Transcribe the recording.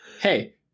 Hey